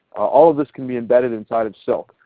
all of this can be embedded inside of silk.